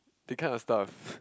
that kind of stuff